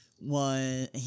One